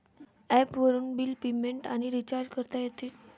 ॲपवरून bill payment आणि recharge करता येते